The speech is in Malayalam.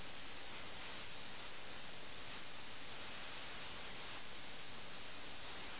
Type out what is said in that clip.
യഥാർത്ഥ ശത്രുവല്ലാത്ത ഒരു ശത്രുവിനോട് അവർ പോരാടുന്ന ഇന്ത്യൻ സാഹചര്യത്തിൽ ഇത് ഏതാണ്ട് ഡോൺ ക്വിക്സോട്ട് പോലെയാണ്